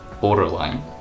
borderline